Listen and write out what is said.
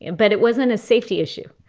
but it wasn't a safety issue.